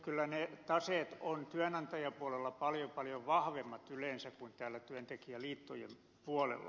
kyllä ne taseet ovat yleensä työnantajapuolella paljon paljon vahvemmat kuin työntekijäliittojen puolella